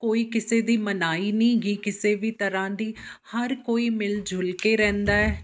ਕੋਈ ਕਿਸੇ ਦੀ ਮਨਾਹੀ ਨਹੀਂ ਗੀ ਕਿਸੇ ਵੀ ਤਰ੍ਹਾਂ ਦੀ ਹਰ ਕੋਈ ਮਿਲ ਜੁਲ ਕੇ ਰਹਿੰਦਾ ਹੈ